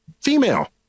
female